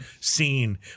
scene